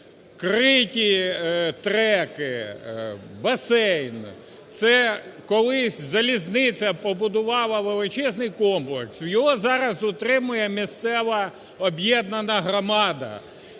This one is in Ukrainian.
криті треки, басейни – це колись залізниця побудувала величезний комплекс. Його зараз утримує місцева об'єднана громада.